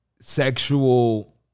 sexual